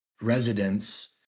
residents